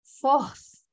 fourth